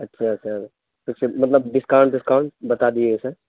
اچھا سر تو سر مطلب ڈسکاؤنٹ وسکاؤنٹ بتا دیجیے سر